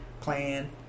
plan